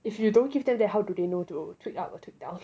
if you don't give them that how do they know to tweak up or down